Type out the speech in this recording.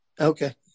Okay